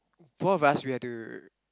all of us we have to